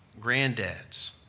granddads